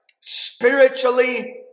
spiritually